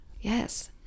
yes